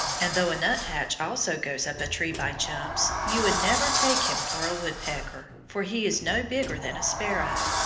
and though a nuthatch also goes up a tree by jumps, you would never take him for a woodpecker, for he is no bigger than a sparrow,